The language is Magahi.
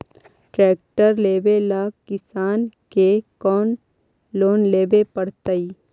ट्रेक्टर लेवेला किसान के कौन लोन लेवे पड़तई?